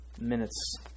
minutes